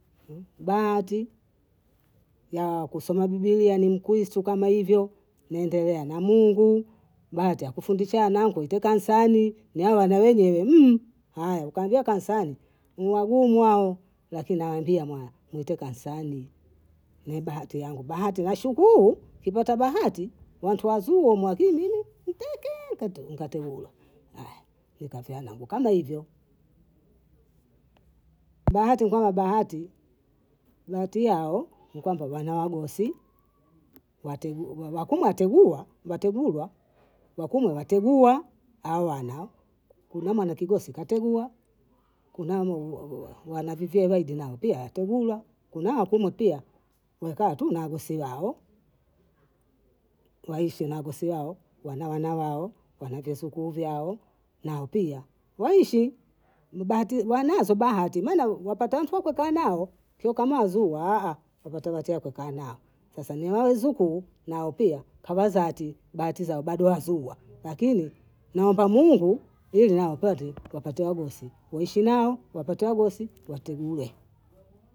Bahati ya kusoma biblia ni mkristo kama hivyo, nendelea na Mungu, bahati ya kufundisha nangu itwe kansani, nao wana wenyewe aya ukaambia kansai ni wagumu hao lakini nawambia mwaya mwite kansani, ni bahati yangu, bahati nashukuru, ukipata bahati wayu wazuri wamwaki mimi mtekee nikategulwa, aya nikafyanangu kama hivyo, bahati ni kama bahati, bahati yao ni kwamba wana wagosi, wakumwa wateguwa, wategulwa, wakumwe wategua, hao wana hao, kuna mwana kigosi kategua, kuna wanavivie waidi nao pia wategulwa. kunao wakumwe pia mekaa tu na wagosi wao, waishi na wagosi wao, wanao na wao, wanavisukuu vyao, nao pia waishi, ni bahati wanazo bahati maana wapata ntu wa kukaa nao, kio kama wazuura wapata watu wa kukaa nao, sasa ninao wazukuu nao pia tawazati, bahati zao bado wazuua lakini naomba Mungu ili nao kwati wapate wagosi, waishi nao, wapate wagosi wategule.